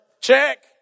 Check